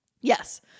yes